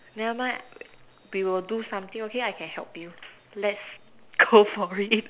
never mind we will do something okay I can help you let's go for it